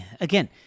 again